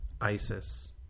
Isis